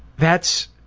that's